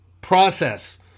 process